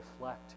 reflect